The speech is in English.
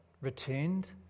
returned